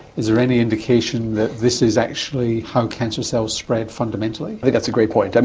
is there any indication that this is actually how cancer cells spread fundamentally? that's a great point. and